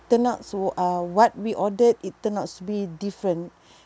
turned out so uh what we ordered it turned outs to be different